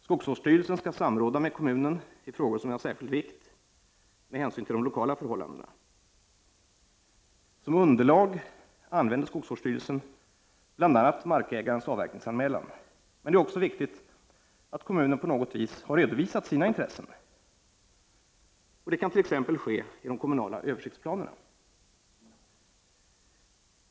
Skogsvårdsstyrelsen skall samråda med kommunen i frågor som är av särskild vikt med hänsyn till de lokala förhållandena. Som underlag använder skogsvårdsstyrelsen bl.a. markägarens avverkningsanmälan. Men det är också viktigt att kommunen på något vis har redovisat sina intressen. Detta kan t.ex. ske i de kommunala översiktsplanerna.